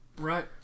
Right